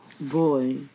Boy